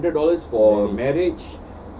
marriage